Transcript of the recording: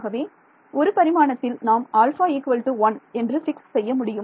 ஆகவே ஒரு பரிமாணத்தில் நாம் α 1 என்று பிக்ஸ் செய்ய முடியும்